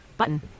Button